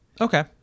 Okay